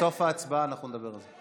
בסוף ההצבעה אנחנו נדבר על זה.